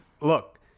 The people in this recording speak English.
look